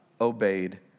obeyed